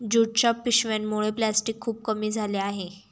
ज्यूटच्या पिशव्यांमुळे प्लॅस्टिक खूप कमी झाले आहे